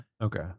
Okay